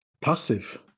passive